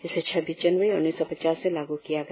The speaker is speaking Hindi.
इसे छब्बीस जनवरी उन्नीस सौ पचास से लागू किया गया